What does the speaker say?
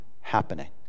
happening